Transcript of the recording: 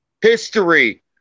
History